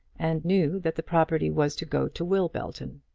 and knew that the property was to go to will belton.